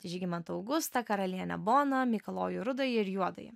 tai žygimantą augustą karalienę boną mikalojų rudąjį ir juodąjį